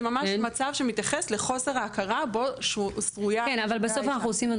זה ממש מצב שמתייחס לחוסר ההכרה בו שרויה האישה.